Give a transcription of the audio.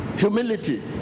humility